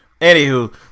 anywho